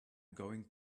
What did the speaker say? going